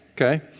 okay